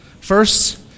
first